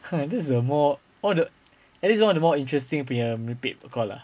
this is the more all the at least this is one of the more interesting punya merepek punya call ah